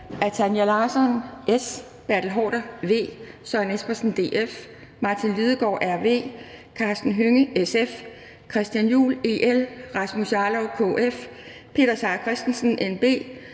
Tanja Larsson (S), Bertel Haarder (V), Søren Espersen (DF), Martin Lidegaard (RV), Karsten Hønge (SF), Christian Juhl (EL), Rasmus Jarlov (KF), Peter Seier Christensen (NB),